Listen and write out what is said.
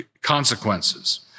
consequences